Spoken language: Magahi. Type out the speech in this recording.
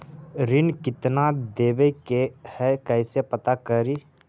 ऋण कितना देवे के है कैसे पता करी?